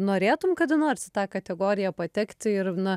norėtum kada nors į tą kategoriją patekti ir na